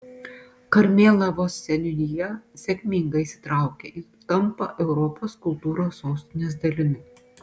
karmėlavos seniūnija sėkmingai įsitraukia ir tampa europos kultūros sostinės dalimi